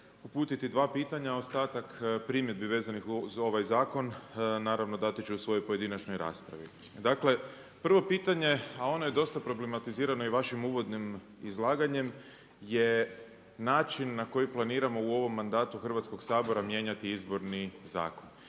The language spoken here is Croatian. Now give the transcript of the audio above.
uputiti dva pitanja, a ostatak primjedbi vezanih uz ovaj zakon naravno dati ću u svojoj pojedinačnoj raspravi. Dakle, prvo pitanje, a ono je dosta problematizirano i vašim uvodnim izlaganjem, je način na koji planiramo u ovom mandatu Hrvatskog sabora mijenjati Izborni zakon.